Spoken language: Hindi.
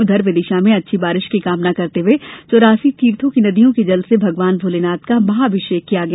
उधर विदिशा में अच्छी बारिश की कामना करते हुए चौरासी तीर्थों की नदियों के जल से भगवान भोलेनाथ का महाअभिषेक किया गया